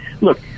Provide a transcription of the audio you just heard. look